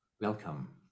Welcome